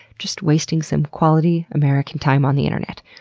just wasting some quality american time on the internet.